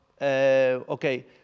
okay